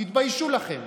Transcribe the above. תתביישו לכם.